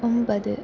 ഒൻപത്